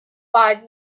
five